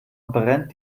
brennt